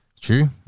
True